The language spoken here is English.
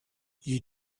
you